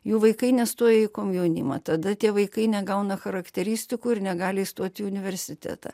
jų vaikai nestoja į komjaunimą tada tie vaikai negauna charakteristikų ir negali stoti į universitetą